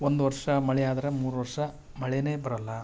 ಒಂದು ವರ್ಷ ಮಳೆ ಆದರೆ ಮೂರು ವರ್ಷ ಮಳೆನೇ ಬರಲ್ಲ